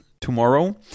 tomorrow